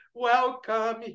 welcome